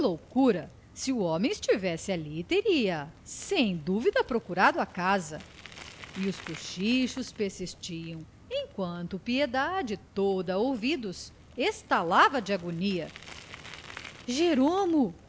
loucura se o homem estivesse ali teria sem dúvida procurado a casa e os cochichos persistiam enquanto piedade toda ouvidos estalava de agonia jeromo